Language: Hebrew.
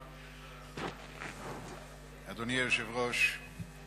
אדוני היושב-ראש.